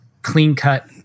clean-cut